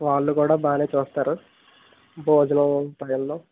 వాళ్ళు కూడా బాగానే చూస్తారు భోజనం టైంలో